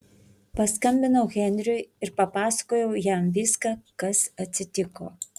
paskambinau henriui ir papasakojau jam viską kas atsitiko